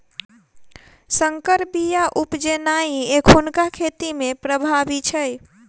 सँकर बीया उपजेनाइ एखुनका खेती मे प्रभावी छै